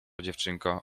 dziewczynko